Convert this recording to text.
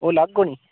ओह् अलग होनी